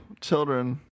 children